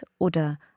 oder